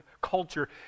culture